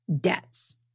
debts